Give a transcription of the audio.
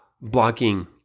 blocking